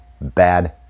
bad